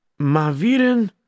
Maviren